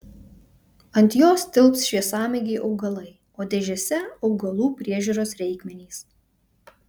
ant jos tilps šviesamėgiai augalai o dėžėse augalų priežiūros reikmenys